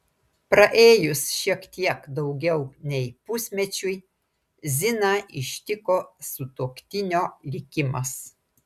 praėjus šiek tiek daugiau nei pusmečiui ziną ištiko sutuoktinio likimas